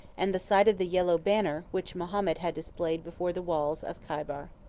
and the sight of the yellow banner which mahomet had displayed before the walls of chaibar.